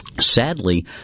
Sadly